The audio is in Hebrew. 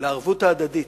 לערבות ההדדית,